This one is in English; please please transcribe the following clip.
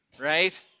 right